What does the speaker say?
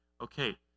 Okay